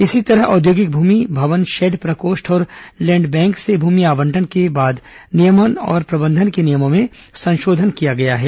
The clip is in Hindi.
इसी तरह औद्योगिक भूमि भवन शेड प्रकोष्ठ और लैण्ड बैंक से भूमि आवंटन के बाद नियमन और प्रबंधन के नियमों में संशोधन किया गया है